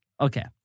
okay